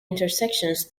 intersections